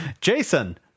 jason